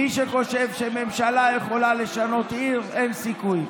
מי שחושב שממשלה יכולה לשנות עיר, אין סיכוי.